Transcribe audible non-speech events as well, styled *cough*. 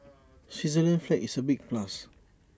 *noise* Switzerland's flag is A big plus